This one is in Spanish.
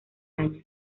año